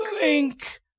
link